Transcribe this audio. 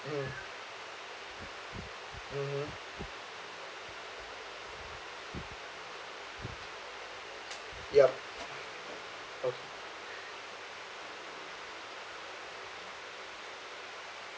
mm mmhmm yup